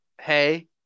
hey